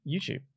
YouTube